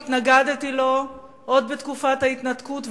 התנגדתי לו עוד בתקופת ההתנתקות,